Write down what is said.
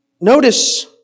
Notice